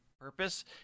purpose